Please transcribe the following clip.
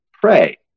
pray